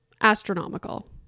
astronomical